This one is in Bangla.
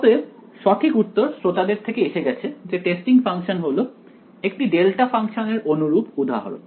অতএব সঠিক উত্তর শ্রোতাদের থেকে এসে গেছে যে টেস্টিং ফাংশন হল একটি ডেল্টা ফাংশনের অনুরূপ উদাহরণ